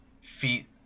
feet